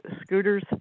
scooters